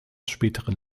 späteren